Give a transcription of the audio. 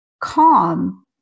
calm